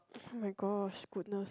oh-my-gosh goodness